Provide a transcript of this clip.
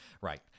Right